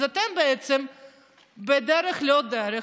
אתם בדרך לא דרך,